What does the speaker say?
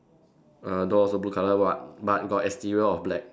err door also blue color but but got exterior of black